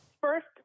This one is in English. first